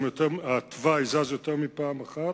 התוואי שם זז יותר מפעם אחת,